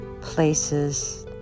places